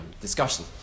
discussion